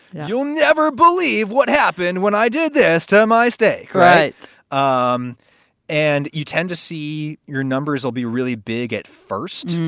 you'll never believe what happened. when i did this time, i say. right um and you tend to see your numbers will be really big at first.